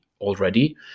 already